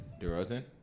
DeRozan